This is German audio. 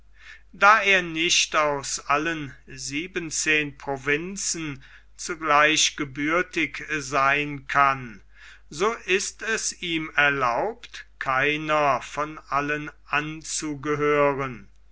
da er nicht aus allen siebenzehn provinzen zugleich gebürtig sein kann so ist es ihm erlaubt keiner von allen anzugehören